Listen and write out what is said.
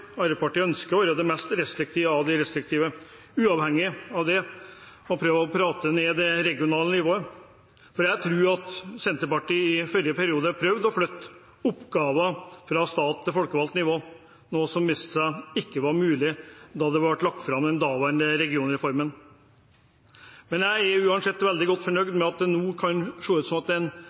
Arbeiderpartiet ønsker å være det mest restriktive av de restriktive – og uavhengig av det prøver å prate ned det regionale nivået. For jeg tror at Senterpartiet i forrige periode prøvde å flytte oppgaver fra stat til folkevalgt nivå, noe som viste seg ikke var mulig da den daværende regionreformen ble lagt fram. Men jeg er uansett veldig godt fornøyd med at det nå kan se ut som at